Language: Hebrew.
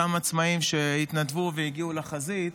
אותם עצמאים התנדבו והגיעו לחזית,